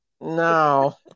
No